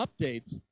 updates